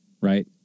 Right